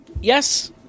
Yes